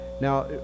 now